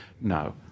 No